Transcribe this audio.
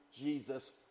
Jesus